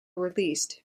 released